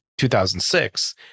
2006